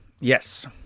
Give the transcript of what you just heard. Yes